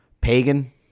pagan